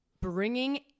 bringing